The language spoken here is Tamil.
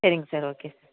சரிங்க சார் ஓகே